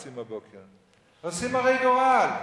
נושאים הרי גורל,